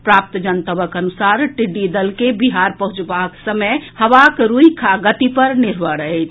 प्राप्त जनतबक अनुसार टिड्डी दल के बिहार पहुंचबाक समय हवाक रूखि आ गति पर निर्भर अछि